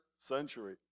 century